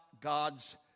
God's